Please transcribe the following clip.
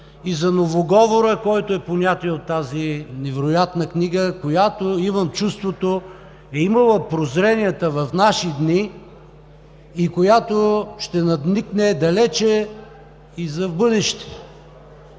и за новоговора, който е понятие от тази невероятна книга, която, имам чувството, е имала прозренията в наши дни и която ще надникне далеч и в бъдеще.